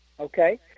Okay